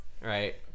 right